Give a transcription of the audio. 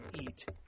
eat